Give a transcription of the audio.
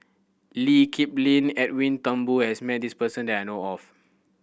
Lee Kip Lin and Edwin Thumboo has met this person that I know of